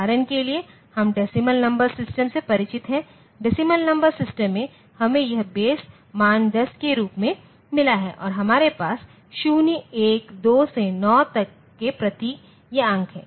उदाहरण के लिए हम डेसीमल नंबर सिस्टम से परिचित हैं डेसीमल नंबर सिस्टम में हमें यह बेस मान 10 के रूप में मिला है और हमारे पास 0 1 2 से 9 तक के प्रतीक या अंक हैं